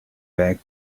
back